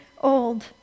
old